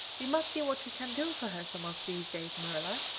we must see what we can do for her some of these days, marilla.